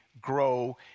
grow